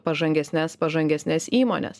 pažangesnes pažangesnes įmones